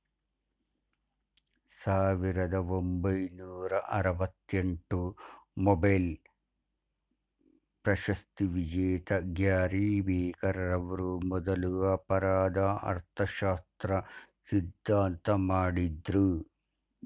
ಸಾವಿರದ ಒಂಬೈನೂರ ಆರವತ್ತಎಂಟು ಮೊಬೈಲ್ ಪ್ರಶಸ್ತಿವಿಜೇತ ಗ್ಯಾರಿ ಬೆಕರ್ ಅವ್ರು ಮೊದ್ಲು ಅಪರಾಧ ಅರ್ಥಶಾಸ್ತ್ರ ಸಿದ್ಧಾಂತ ಮಾಡಿದ್ರು